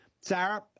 Sarah